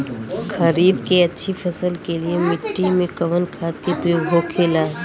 खरीद के अच्छी फसल के लिए मिट्टी में कवन खाद के प्रयोग होखेला?